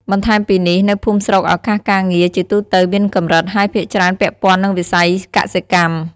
បន្ថែមពីនេះ នៅភូមិស្រុកឱកាសការងារជាទូទៅមានកម្រិត ហើយភាគច្រើនពាក់ព័ន្ធនឹងវិស័យកសិកម្ម។